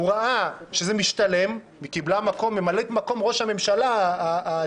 הוא ראה שזה משתלם: היא קיבלה תפקיד של ממלאת מקום ראש הממשלה התיאורטי,